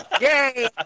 Yay